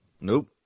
Nope